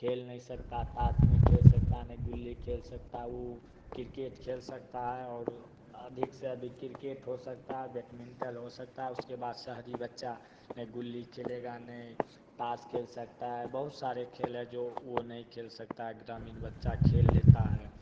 खेल नहीं सकता ताश नहीं खेल सकता नहीं गुल्ली खेल सकता वो किरकेट खेल सकता है और अधिक से अधिक किरकेट हो सकता है बैडमिंटन हो सकता है उसके बाद शहरी बच्चा नहीं गुल्ली खेलेगा नहीं ताश खेल सकता है बहुत सारे खेल हैं जो वो नहीं खेल सकता है ग्रामीण बच्चा खेल लेता है